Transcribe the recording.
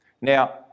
Now